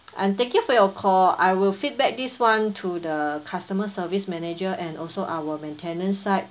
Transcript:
and thank you for your call I will feedback this one to the customer service manager and also our maintenance side